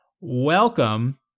Welcome